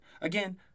again